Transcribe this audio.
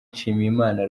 nshimyimana